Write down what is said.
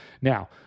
Now